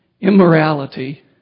immorality